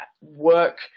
work